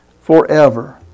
forever